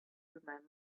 through